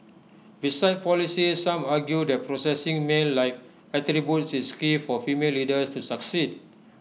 besides policies some argue that possessing male like attributes is key for female leaders to succeed